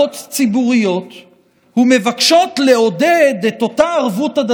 תקנות סמכויות מיוחדות להתמודדות עם נגיף הקורונה